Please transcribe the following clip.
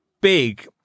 big